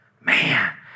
Man